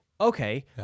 Okay